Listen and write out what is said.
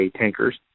Tankers